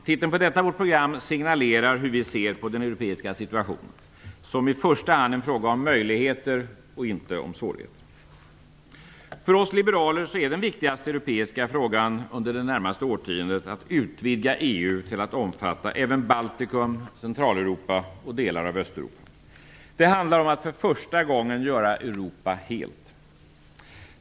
Titeln på detta vårt program signalerar hur vi ser på den europeiska situationen, nämligen att det i första hand är en fråga om möjligheter och inte om svårigheter. För oss liberaler är den viktigaste europeiska frågan under det närmaste årtiondet att EU utvidgas till att omfatta även Baltikum, Centraleuropa och delar av Östeuropa. Det handlar om att för första gången göra Europa helt.